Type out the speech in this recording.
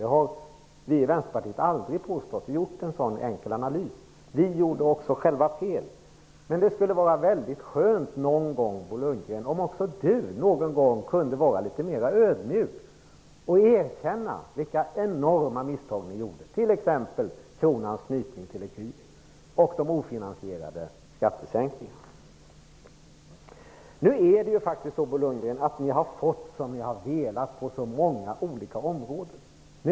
Det har vi i Vänsterpartiet aldrig påstått; vi har aldrig gjort en så enkel analys - vi gjorde också själva fel. Men det skulle vara väldigt skönt om också Bo Lundgren någon gång kunde vara litet mera ödmjuk och erkänna vilka enorma misstag ni gjorde, t.ex. kronans knytning till ecun och de ofinansierade skattesänkningarna. Nu har ni ju fått som ni har velat på så många olika områden, Bo Lundgren.